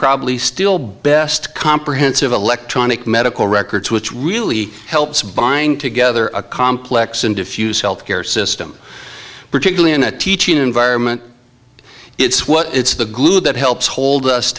probably still best comprehensive electronic medical records which really helps buying together a complex and diffuse healthcare system particularly in a teaching environment it's what it's the glue that helps hold us